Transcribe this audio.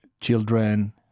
children